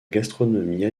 gastronomie